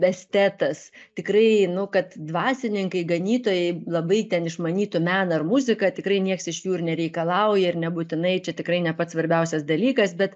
estetas tikrai nu kad dvasininkai ganytojai labai ten išmanytų meną ar muziką tikrai nieks iš jų ir nereikalauja ir nebūtinai čia tikrai ne pats svarbiausias dalykas bet